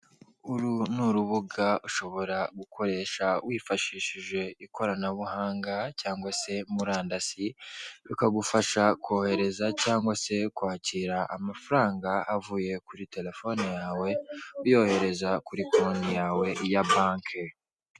Uru ni urubuga ushobora gukoresha wifashishije ikoranabuhanga cyangwa se murandasi, rukagufasha kohereza cyangwa se kwakira amafaranga avuye kuri telefone yawe, uyohereza kuri konti yawe ya banki.